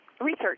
research